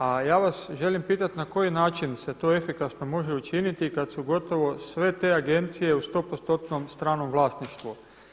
A ja vas želim pitat na koji način se to efikasno može učiniti, kad su gotovo sve te agencije u 100% stranom vlasništvu?